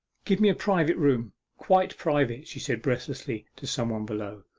give me a private room quite private she said breathlessly to some one below.